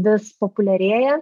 vis populiarėja